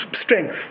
strength